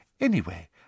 Anyway